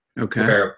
Okay